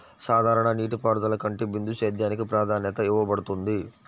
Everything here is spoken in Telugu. సాధారణ నీటిపారుదల కంటే బిందు సేద్యానికి ప్రాధాన్యత ఇవ్వబడుతుంది